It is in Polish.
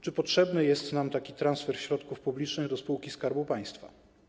Czy potrzebny jest nam taki transfer środków publicznych do spółki Skarbu Państwa?